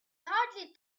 hardly